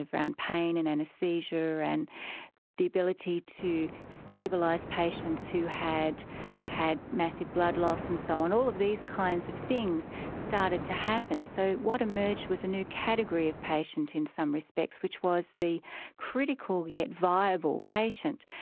around pain and anaesthesia and the ability to stabilise patients who had had massive blood loss and so on, all of these kinds of things started to happen. so what emerged was a new category of patient in some respects, which was the critical yet viable patient.